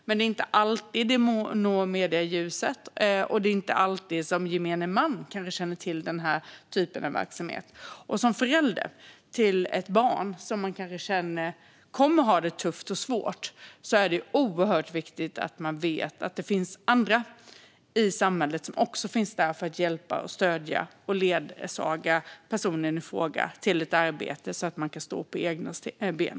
Men det är inte alltid som det når medieljuset, och det är kanske inte alltid som gemene man känner till denna typ av verksamhet. Som förälder till ett barn som kommer att ha det tufft och svårt är det oerhört viktigt att man vet att det finns andra i samhället som också finns där för att hjälpa, stödja och ledsaga personen i fråga till ett arbete så att han eller hon kan stå på egna ben.